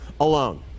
alone